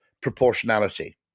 proportionality